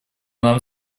нам